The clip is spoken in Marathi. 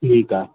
ठीक आहे